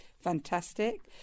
fantastic